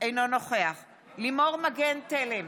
אינו נוכח לימור מגן תלם,